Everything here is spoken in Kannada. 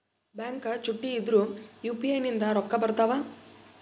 ಬ್ಯಾಂಕ ಚುಟ್ಟಿ ಇದ್ರೂ ಯು.ಪಿ.ಐ ನಿಂದ ರೊಕ್ಕ ಬರ್ತಾವಾ?